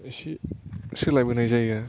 इसि सोलायबोनाय जायो आरो